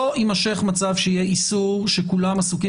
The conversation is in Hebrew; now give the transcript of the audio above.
לא יימשך מצב שיהיה איסור שכולם עסוקים